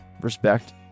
respect